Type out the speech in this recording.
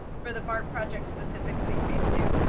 for the bart project specifically, phase two?